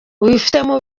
wifitemo